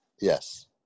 Yes